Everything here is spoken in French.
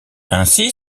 ainsi